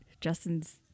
Justin's